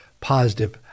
positive